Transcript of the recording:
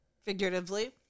figuratively